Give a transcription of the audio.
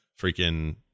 freaking